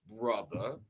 brother